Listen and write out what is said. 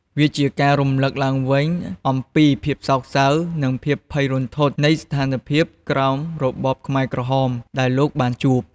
វាជាការដែលរំលឹកឡើងវិញអំពីភាពសោកសៅ និងភាពភ័យរន្ធត់នៃស្ថានភាពក្រោមរបបខ្មែរក្រហមដែលលោកបានជួប។